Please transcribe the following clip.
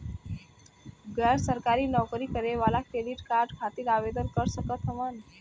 गैर सरकारी नौकरी करें वाला क्रेडिट कार्ड खातिर आवेदन कर सकत हवन?